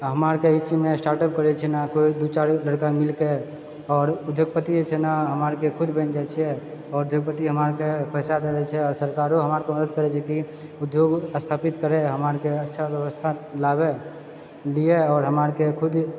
हमरा आर करै छी नया स्टार्टअप करैत छी ने कोइ दू चारिगो लड़का मिलिके आओर उद्योगपति जे छै ने हमरा आर के खुद ही बनि जाइत छियै आओर उद्योगपति हमरा आरके पैसा दे दए छै सरकारो हमरा अर के मदद करै छै कि उद्योग स्थापित करे हमरा आरके अच्छा व्यवस्था लाबे लिए आओर हमरा आरके खुद